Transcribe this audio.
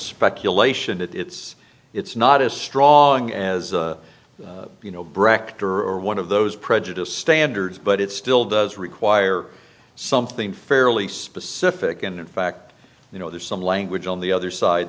speculation it's it's not as strong as you know brecht or or one of those prejudiced standards but it still does require something fairly specific and in fact you know there's some language on the other side